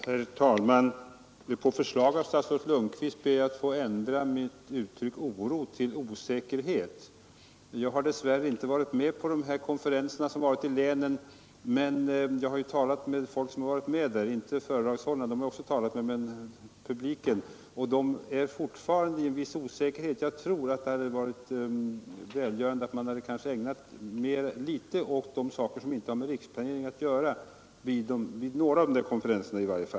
Herr talman! På förslag av statsrådet Lundkvist ber jag att få ändra mitt uttryck ”oro” till ”osäkerhet”. Jag har dess värre inte varit med på de konferenser som har hållits i länen, men jag har talat med folk som varit med där. Jag menar nu inte föredragshållarna — visserligen har jag talat också med dem — utan publiken, som fortfarande svävar i viss osäkerhet. Jag tror att det kanske hade varit välgörande, om man ägnat litet mera tid åt saker som inte har med riksplanering att göra, i varje fall vid några av konferenserna.